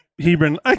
Hebron